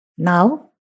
Now